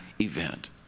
event